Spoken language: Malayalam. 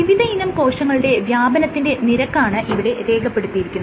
വിവിധയിനം കോശങ്ങളുടെ വ്യാപനത്തിന്റെ നിരക്കാണ് ഇവിടെ രേഖപ്പെടുത്തിയിരിക്കുന്നത്